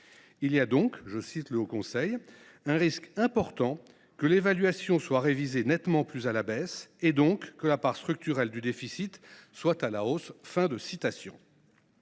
Il y a donc, selon lui, « un risque important que l’évaluation soit révisée nettement plus à la baisse et donc que la part structurelle du déficit soit à la hausse